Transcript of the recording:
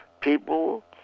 people